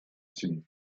sind